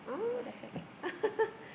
oh